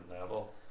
level